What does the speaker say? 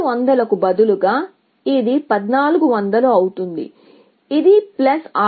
800 కు బదులుగా ఇది 1400 అవుతుంది ఇది 600